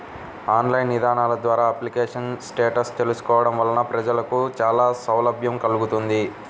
online ఇదానాల ద్వారా application status తెలుసుకోవడం వలన ప్రజలకు చానా సౌలభ్యం కల్గుతుంది